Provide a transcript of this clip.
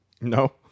No